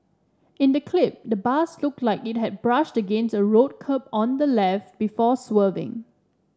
in the clip the bus looked like it had brushed against a road curb on the left before swerving